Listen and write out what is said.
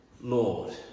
Lord